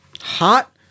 Hot